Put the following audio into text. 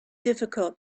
difficult